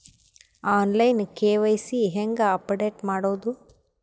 On line KYC ಹೇಂಗ update ಮಾಡೋದು?